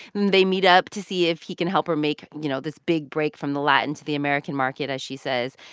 they meet up to see if he can help her make, you know, this big break from the latin to the american market, as she says.